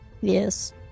Yes